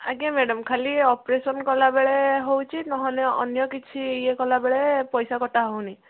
ଆଜ୍ଞା ମ୍ୟାଡ଼ାମ୍ ଖାଲି ଅପରେସନ୍ କଲାବେଳେ ହେଉଛି ନହେଲେ ଅନ୍ୟ କିଛି ଇଏ କଲାବେଳେ ପଇସା କଟା ହେଉନି